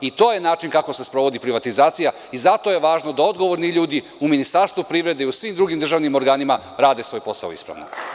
I, to je način kako se sprovodi privatizacija i zato je važno da odgovorni ljudi u Ministarstvu privrede i u svim drugim državnim organima rade svoj posao ispravno.